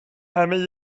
همه